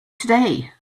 today